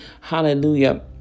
hallelujah